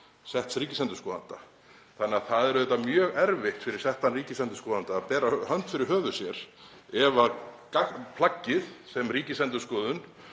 setts ríkisendurskoðanda, þannig að það er auðvitað mjög erfitt fyrir settan ríkisendurskoðanda að bera hönd fyrir höfuð sér ef gagnplaggið sem Ríkisendurskoðun